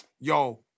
yo